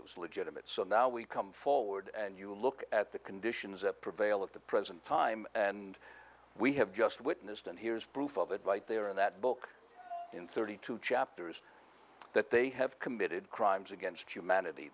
it was legitimate so now we come forward and you look at the conditions that prevail at the present time and we have just witnessed and here's proof of it right there in that book in thirty two chapters that they have committed crimes against humanity